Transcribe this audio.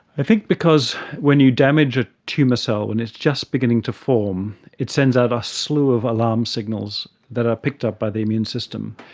i think because when you damage a tumour cell when it's just beginning to form, it sends out a slew of alarm signals that are picked up by the immune system.